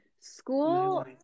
school